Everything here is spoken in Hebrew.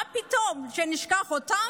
מה פתאום שנשכח אותם?